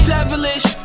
Devilish